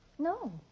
No